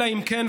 אלא אם כן,